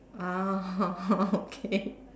ah okay